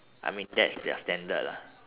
I mean that's their standard lah